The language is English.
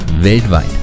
weltweit